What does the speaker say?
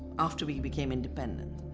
after we became independent.